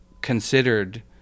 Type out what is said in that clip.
considered